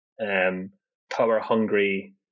power-hungry